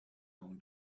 own